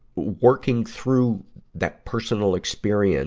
working through that personal experience